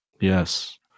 Yes